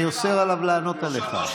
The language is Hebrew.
אני אוסר עליו לענות לך.